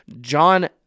John